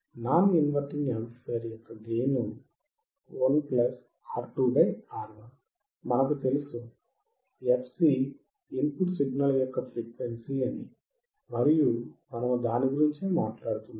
non inverting amplifier యొక్క gain 1R2R1 మనకు తెలుసు fc ఇన్ పుట్ సిగ్నల్ యొక్క ఫ్రీక్వెన్సీ అని మరియు మనము దాని గురించే మాట్లాడుతున్నాము